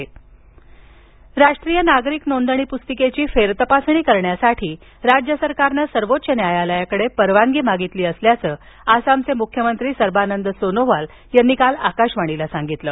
NRC राष्ट्रीय नागरिक नोंदप्स्तिकेचा फेरतपासणी करण्यासाठी राज्य सरकारनं सर्वोच्च न्यायालयाकडं परवानगी मागितली असल्याचं आसामचे मुख्यमंत्री सर्वानंद सोनोवाल यांनी काल आकाशवाणीला सांगितलं